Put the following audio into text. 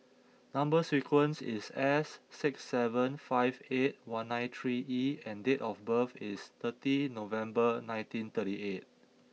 number sequence is S six seven five eight one nine three E and date of birth is thirty November nineteen thirty eight